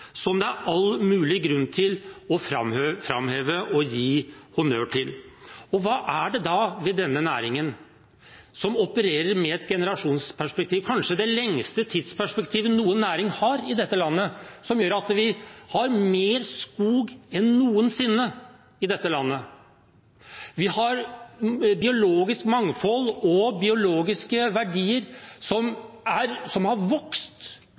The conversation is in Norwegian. som det er all mulig grunn til å framheve og gi honnør til. Hva er det ved denne næringen, som opererer med et generasjonsperspektiv, kanskje det lengste tidsperspektivet noen næring har i dette landet, som gjør at vi har mer skog enn noensinne i dette landet, og at vi har et biologisk mangfold og biologiske verdier som har vokst, ikke blitt mindre, som